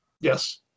Yes